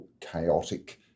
chaotic